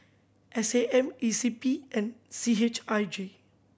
S A M E C P and C H I J